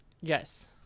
Yes